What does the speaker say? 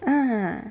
ah